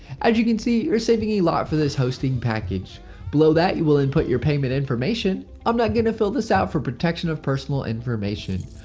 as you can see you're saving a lot for this hosting package. below that you will input your payment information. i'm not going to fill this out for protection of personal information.